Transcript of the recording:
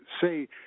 say